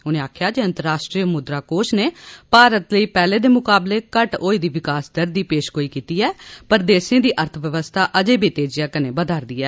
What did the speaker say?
उनें आखेआ जे अंतर्राश्ट्री मुद्रा कोष नै भारत लेई पैहले दे मुकाबले घट्ट होई दी विकास दर दी पेशगोई कीती ऐ पर देसै दी अर्थबवस्था अजें बी तेजिआ कन्नै बधा'रदी ऐ